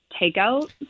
takeout